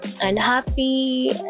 unhappy